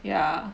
yeah